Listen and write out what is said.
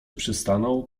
przystanął